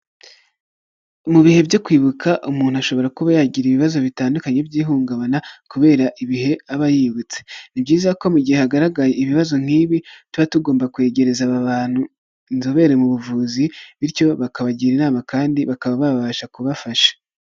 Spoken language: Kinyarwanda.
Mu bihe byo kwibuka, umuntu ashobora kuba yagira ibibazo bitandukanye by'ihungabana kubera ibihe aba yibutse, ni byiza ko mu gihe hagaragaye ibibazo nk'ibi, tuba tugomba kwegereza aba bantu inzobere mu buvuzi, bityo bakabagira inama kandi bakaba babasha kubafasha.